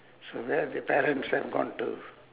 so where have the parents have gone to